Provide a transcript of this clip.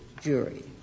jury